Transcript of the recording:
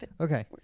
Okay